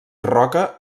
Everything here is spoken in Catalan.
roca